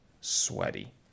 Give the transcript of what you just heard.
sweaty